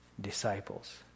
disciples